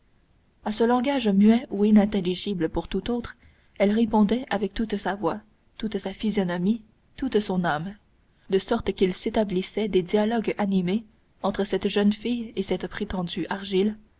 à ce langage muet ou inintelligible pour tout autre elle répondait avec toute sa voix toute sa physionomie toute son âme de sorte qu'il s'établissait des dialogues animés entre cette jeune fille et cette prétendue argile